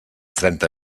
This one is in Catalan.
trenta